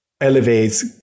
elevates